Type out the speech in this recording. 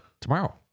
Tomorrow